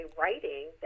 writing